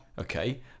Okay